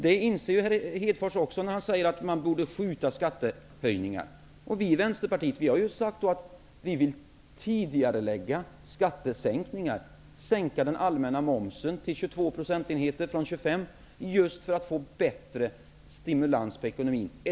Det inser herr Hedfors också när han säger att man borde skjuta på skattehöjningarna. Vi i Vänsterpartiet har sagt att vi vill tidigarelägga skattesänkningar och sänka den allmänna momsen till 22 % från 25 % för att få bättre stimulans på ekonomin.